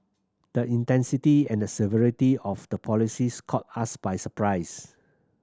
the intensity and the severity of the policies caught us by surprise